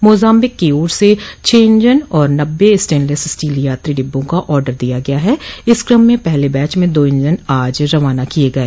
Mozambique की ओर से छह इंजन और नब्बे स्टेनलेस स्टील यात्रो डिब्बों का ऑर्डर दिया गया है इस कम में पहले बैच में दो इंजन आज रवाना किये गये